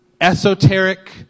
esoteric